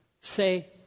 Say